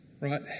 Right